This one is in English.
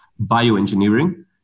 bioengineering